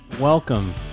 welcome